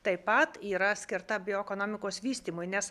taip pat yra skirta bioekonomikos vystymui nes